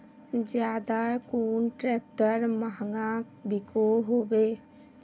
ज्यादा कुन ट्रैक्टर महंगा बिको होबे?